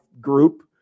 group